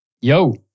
Yo